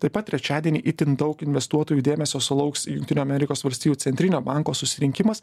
taip pat trečiadienį itin daug investuotojų dėmesio sulauks jungtinių amerikos valstijų centrinio banko susirinkimas